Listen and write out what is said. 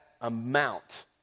amount